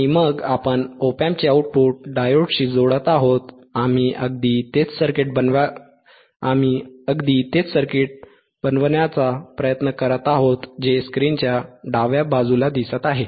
आणि मग आपण op amp चे आऊटपुट डायोडशी जोडत आहोत आम्ही अगदी तेच सर्किट बनवण्याचा प्रयत्न करत आहोत जे स्क्रीनच्या डाव्या बाजूला दिसत आहे